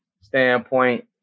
standpoint